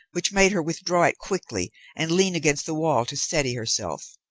which made her withdraw it quickly and lean against the wall to steady herself.